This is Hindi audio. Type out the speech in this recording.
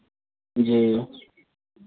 जी